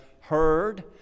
heard